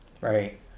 Right